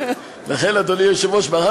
אדוני היושב-ראש,